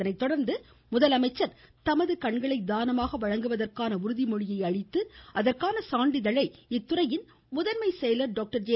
இதனைத் தொடர்ந்து முதலமைச்சர் தமது கண்களை தானமாக வழங்குவதற்கான உறுதி மொழியினை அளித்து அதற்கான சான்றிதழை இத்துறையின் முதன்மை செயலர் டாக்டர் ஜே